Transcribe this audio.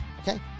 okay